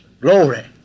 Glory